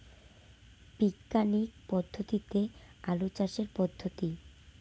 বিজ্ঞানিক পদ্ধতিতে আলু চাষের পদ্ধতি?